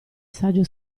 saggio